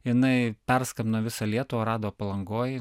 jinai perskambino visą lietuvą rado palangoj